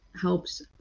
helps